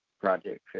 project